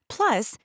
Plus